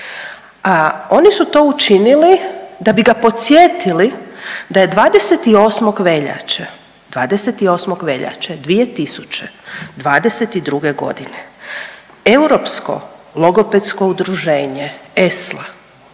oni su to učinili da bi ga podsjetili da je 28. veljače, 28. veljače 2022. g. europsko logopedsko udruženje, ESLA